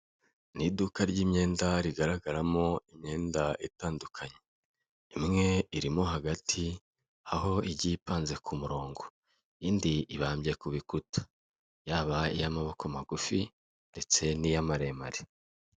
Ni iduka ry'imyenda rigaragaramo imyenda itandukanye. Imwe iri mo hagati, aho igiye ipanze ku murongo, indi ibambye ku bikuta, yaba iy'amaboko magufi ndetse n'iy'amaremare.